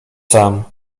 sam